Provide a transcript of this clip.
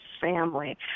family